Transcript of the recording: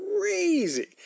crazy